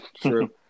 true